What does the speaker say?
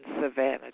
Savannah